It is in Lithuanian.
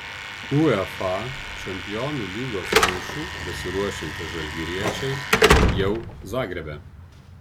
uefa čempionų lygos mūšiui besiruošiantys žalgiriečiai jau zagrebe